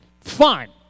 fine